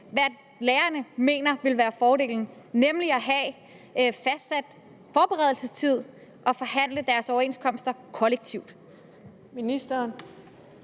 hvad lærerne mener vil være en fordel, nemlig at have fastsat forberedelsestid og forhandle deres overenskomster kollektivt.